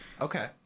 Okay